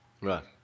Right